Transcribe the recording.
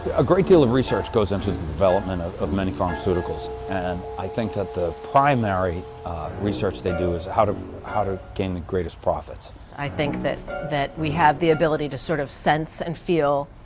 a great deal of research goes into the development of of many pharmaceuticals and i think the primary research they do is how to how to gain the greatest profits. i think that that we have the ability to sort of sense and feel